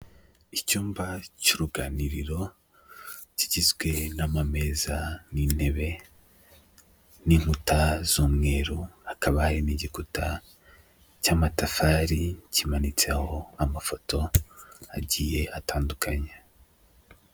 Icyumba cy'uruganiriro kigizwe n'amameza, n'intebe, n'inkuta z'umweru, hakaba hari n'igikuta cy'amatafari kimanitseho amafoto agiye atandukanye.